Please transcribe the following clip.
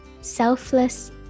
selfless